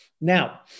Now